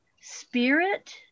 spirit